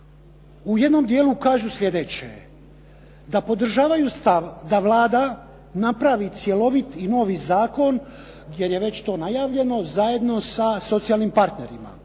u jednom dijelu kažu sljedeće, da podržavaju stav da Vlada napravi cjelovit i novi zakon jer je već to najavljeno zajedno sa socijalnim partnerima